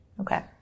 Okay